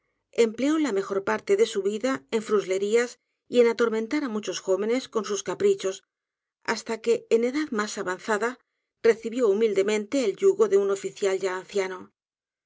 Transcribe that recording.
empleó la mejor parte dé su vida én fruslerías y én atormentar á muchos jóvenes con sus caprichos hasta qué en edad más avanzada recibió humildemente el yugó dé un oficial ya anciano